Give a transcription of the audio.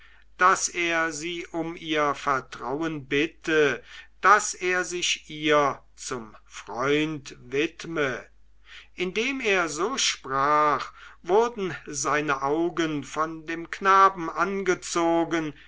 daß er sie um vertrauen bitte daß er sich ihr zum freund widme indem er so sprach wurden seine augen von dem knaben angezogen